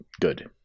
good